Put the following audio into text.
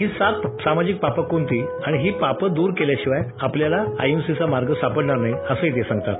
ही सात सामाजिक पापं कोणती आणि ही पापं द्र केल्याशिवाय आपल्याला अहिंसेचा मार्ग सापडणार नाही असंही ते सांगतात